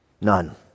None